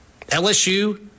lsu